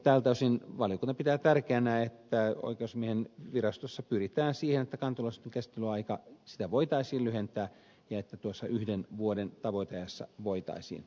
tältä osin valiokunta pitää tärkeänä että oikeusasiamiehen virastossa pyritään siihen että kanteluasioitten käsittelyaikaa voitaisiin lyhentää ja että tuossa yhden vuoden tavoiteajassa voitaisiin